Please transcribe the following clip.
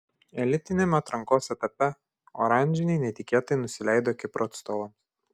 elitiniame atrankos etape oranžiniai netikėtai nusileido kipro atstovams